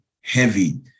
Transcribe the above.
heavy